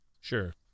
Sure